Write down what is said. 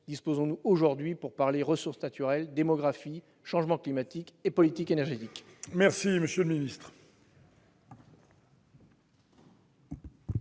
disposons-nous aujourd'hui pour parler de ressources naturelles, de démographie, de changement climatique et de politique énergétique